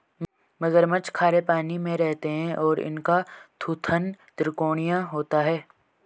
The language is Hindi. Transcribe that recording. मगरमच्छ खारे पानी में रहते हैं और इनका थूथन त्रिकोणीय होता है